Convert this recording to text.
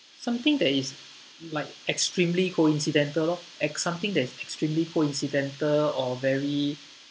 something that is like extremely coincidental lor as something that is extremely coincidental or very